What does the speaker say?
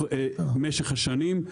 במשך השנים,